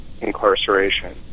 incarceration